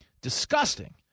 Disgusting